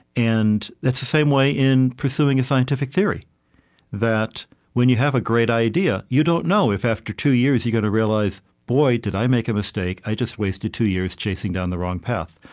and that's the same way in pursuing a scientific theory that when you have a great idea you don't know if after two years you're going to realize, boy, did i make a mistake. i just wasted two years chasing down the wrong path.